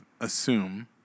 assume